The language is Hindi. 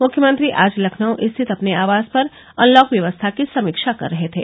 मुख्यमंत्री आज लखनऊ स्थित अपने आवास पर अनलॉक व्यवस्था की समीक्षा कर रहे थे